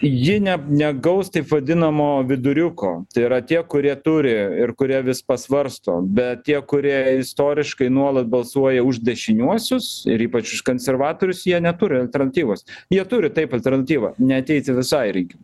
ji ne negaus taip vadinamo viduriuko tai yra tie kurie turi ir kurie vis pasvarsto bet tie kurie istoriškai nuolat balsuoja už dešiniuosius ir ypač už konservatorius jie neturi alternatyvos jie turi taip alternatyvą neateiti visai į rinkimus